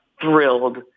thrilled